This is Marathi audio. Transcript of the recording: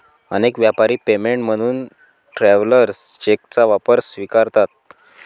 अनेक व्यापारी पेमेंट म्हणून ट्रॅव्हलर्स चेकचा वापर स्वीकारतात